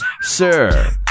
Sir